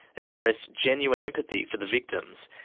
expressed genuine empathy for the victims,